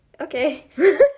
okay